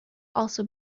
also